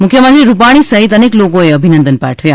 મુખ્યમંત્રી રૂપાણી સહિત અનેક લોકોએ અભિનંદન પાઠવ્યા